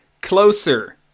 closer